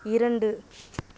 இரண்டு